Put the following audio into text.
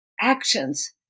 actions